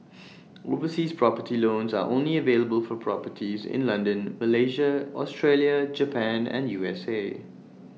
overseas property loans are only available for properties in London Malaysia Australia Japan and U S A